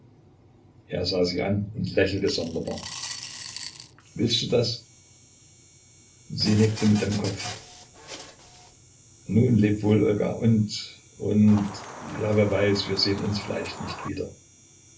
er sah sie an und lächelte sonderbar willst du das sie nickte mit dem kopfe nun leb wohl olga und und ja wer weiß wir sehen uns vielleicht nicht wieder